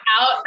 out